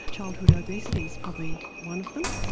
childhood obesity is probably one of them.